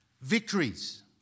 Victories